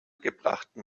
gebrachten